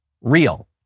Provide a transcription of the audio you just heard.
real